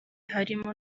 harimo